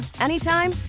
anytime